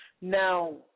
Now